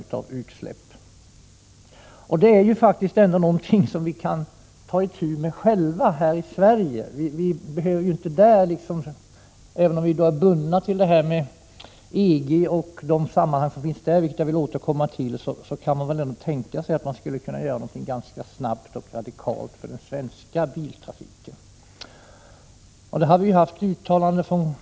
Detta förhållande är ändock något som vi själva kan ta itu med här i Sverige. Även om vårt land är beroende av EG och förhållandena där, något som vi väl skall återkomma till, borde man ganska snabbt och radikalt kunna göra någonting vad gäller den svenska biltrafiken.